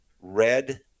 red